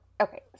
okay